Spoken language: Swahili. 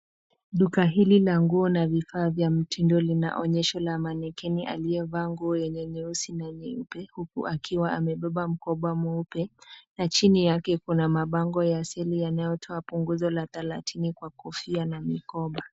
Duka hili la nguo na vifaa vya mtindo lina onyesho la manequinn aliyevaa nguo yenye nyeusi na nyeupe huku akiwa amebeba mkoba mweupe na chini yake kuna mabango ya asili yanayotoa punguzo la thelathini kwa kofia na mikoba.